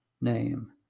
name